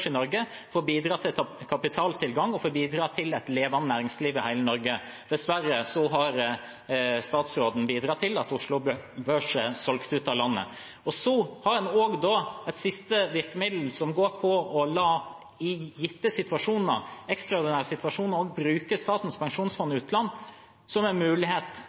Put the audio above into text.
i Norge for å bidra til kapitaltilgang og til et levende næringsliv i hele Norge. Dessverre har statsråden bidratt til at Oslo Børs er solgt ut av landet. Så har en et siste virkemiddel, som går på i gitte, ekstraordinære situasjoner å bruke Statens pensjonsfond utland som en mulighet